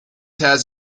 has